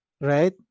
Right